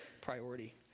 priority